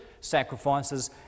sacrifices